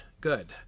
good